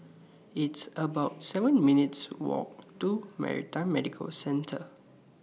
It's about seven minutes' Walk to Maritime Medical Center